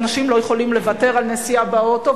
אבל אנשים לא יכולים לוותר על נסיעה באוטו,